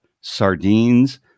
sardines